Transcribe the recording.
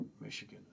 Michigan